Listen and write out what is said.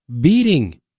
beating